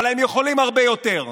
אבל הם יכולים הרבה יותר.